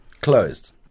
closed